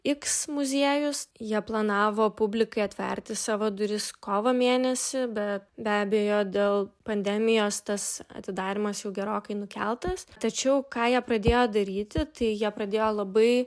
x muziejus jie planavo publikai atverti savo duris kovo mėnesį bet be abejo dėl pandemijos tas atidarymas jau gerokai nukeltas tačiau ką jie pradėjo daryti tai jie pradėjo labai